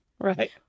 Right